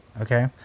Okay